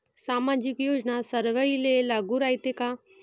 सामाजिक योजना सर्वाईले लागू रायते काय?